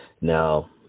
Now